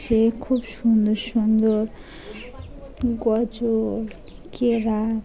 সে খুব সুন্দর সুন্দর গজল কেরাত